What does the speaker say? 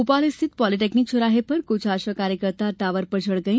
भोपाल स्थित पॉलिटेक्निक चौराहे पर कुछ आशा कार्यकर्ता टॉवर पर चढ़ गई